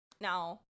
now